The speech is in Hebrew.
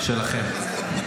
שלכם.